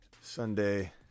Sunday